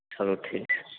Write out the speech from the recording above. चलू ठीक छै